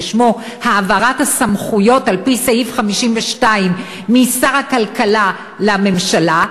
ששמו "העברת הסמכויות על-פי סעיף 52 משר הכלכלה לממשלה",